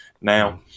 now